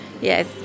yes